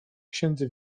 księdze